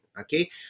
okay